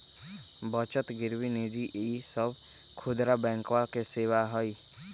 बचत गिरवी निजी ऋण ई सब खुदरा बैंकवा के सेवा हई